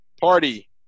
party